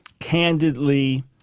candidly